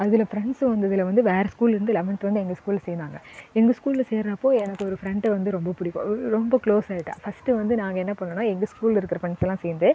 அதில் ஃப்ரண்ட்ஸ் வந்ததில் வந்து வேறு ஸ்கூல்லேருந்து லெவன்த் வந்து எங்கள் ஸ்கூலில் சேர்ந்தாங்க எங்கள் ஸ்கூலில் சேர்றப்போ எனக்கு ஒரு ஃப்ரெண்ட் வந்து ரொம்பப் பிடிக்கும் ரொம்ப க்ளோஸ் ஆகிட்டா ஃபர்ஸ்ட் வந்து நாங்கள் என்ன பண்ணோம்னா எங்கள் ஸ்கூலில் இருக்க ஃப்ரெண்ட்ஸெல்லாம் சேர்ந்து